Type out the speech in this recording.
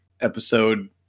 episode